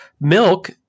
milk –